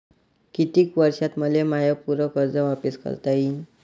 कितीक वर्षात मले माय पूर कर्ज वापिस करता येईन?